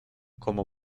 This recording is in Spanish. cómo